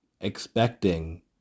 expecting